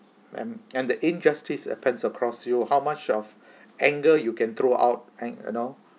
and and the injustice happens across you how much of anger you can throw out an~ you know